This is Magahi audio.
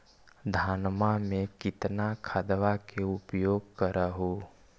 धानमा मे कितना खदबा के उपयोग कर हू?